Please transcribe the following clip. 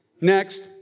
Next